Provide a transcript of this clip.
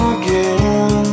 again